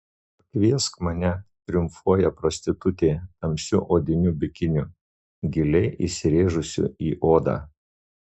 pakviesk mane triumfuoja prostitutė tamsiu odiniu bikiniu giliai įsirėžusiu į odą